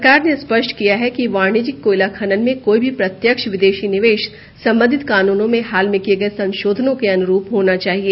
सरकार ने स्पष्ट किया है कि वाणिज्यिक कोयला खनन में कोई भी प्रत्यक्ष विदेशी निवेश संबंधित कानूनों में हाल में किये गये संशोधनों के अनुरूप होना चाहिए